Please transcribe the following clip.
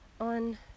on